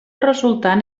resultant